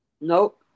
Nope